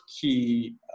key